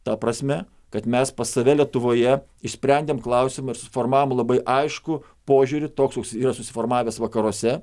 ta prasme kad mes pas save lietuvoje išsprendėm klausimą ir suformavom labai aiškų požiūrį toks koks yra susiformavęs vakaruose